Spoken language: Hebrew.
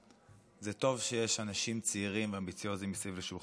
זה טוב שיש אנשים צעירים ואמביציוזיים מסביב לשולחן הממשלה.